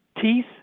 Teeth